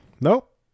Nope